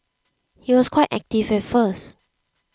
he was quite active at first